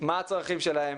מה הצרכים שלהם,